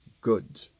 good